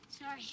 Sorry